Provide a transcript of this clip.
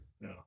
No